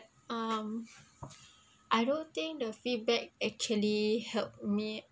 um I don't think the feedback actually helped me